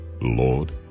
Lord